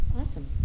Awesome